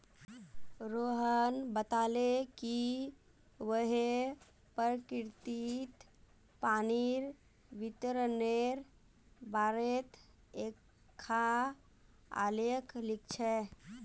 रोहण बताले कि वहैं प्रकिरतित पानीर वितरनेर बारेत एकखाँ आलेख लिख छ